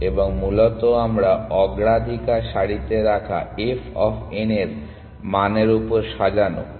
এবং মূলত আমরা অগ্রাধিকার সারিতে রাখা f অফ n এই মান উপর সাজানো মূলত